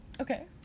Okay